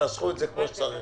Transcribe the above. ינסחו את זה כמו שצריך.